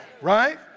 Right